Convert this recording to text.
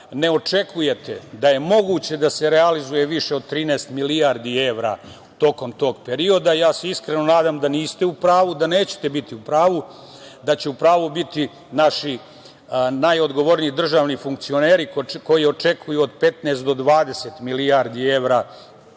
ne očekujete da je moguće da se realizuje više od 13 milijardi evra tokom tog perioda. Ja se iskreno nadam da niste u pravu, da nećete biti u pravu, da će u pravu biti naši najodgovorniji državni funkcioneri koji očekuju od 15 do 20 milijardi evra